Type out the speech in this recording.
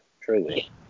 Truly